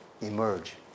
emerge